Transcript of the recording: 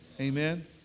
Amen